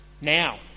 Now